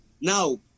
now